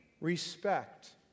respect